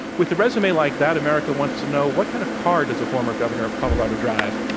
with a resume like that, america wants to know what kind of car does a former governor of colorado drive?